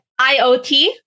iot